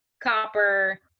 copper